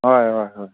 ꯍꯣꯏ ꯍꯣꯏ ꯍꯣꯏ